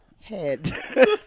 Head